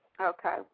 Okay